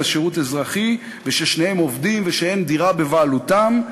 שירות אזרחי ושניהם עובדים ושאין דירה בבעלותם,